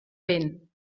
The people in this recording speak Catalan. vent